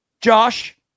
Josh